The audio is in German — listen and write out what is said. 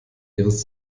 ihres